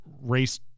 race